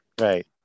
Right